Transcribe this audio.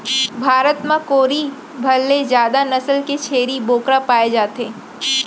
भारत म कोरी भर ले जादा नसल के छेरी बोकरा पाए जाथे